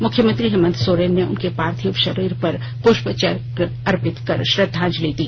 मुख्यमंत्री हेमन्त सोरेन ने उनके पार्थिव शरीर पर पुष्प चक्र अर्पित कर श्रद्वांजलि दी